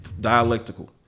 dialectical